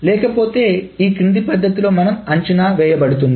లేకపోతే ఈ క్రింది పద్ధతిలో అంచనా వేయబడింది